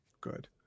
good